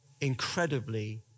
incredibly